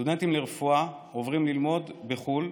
הסטודנטים לרפואה עוברים ללמוד בחו"ל,